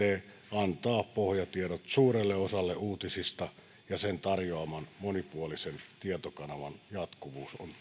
antaa pohjatiedot suurelle osalle uutisista ja sen tarjoaman monipuolisen tietokanavan jatkuvuus on